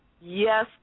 Yes